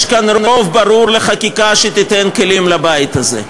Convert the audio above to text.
כאן רוב ברור לחקיקה שתיתן כלים לבית הזה.